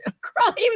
crime